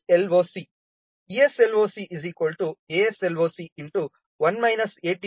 ಆದ್ದರಿಂದ ಇಲ್ಲಿ ESLOC ESLOC ASLOC 1 AT100 AAM